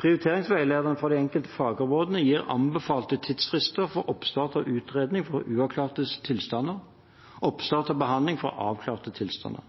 Prioriteringsveilederne for de enkelte fagområdene gir anbefalte tidsfrister for oppstart av utredning for uavklarte tilstander og oppstart av behandling for avklarte tilstander.